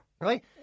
right